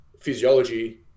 physiology